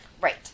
Right